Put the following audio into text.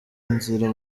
nzira